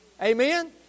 Amen